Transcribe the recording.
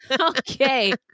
Okay